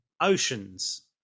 oceans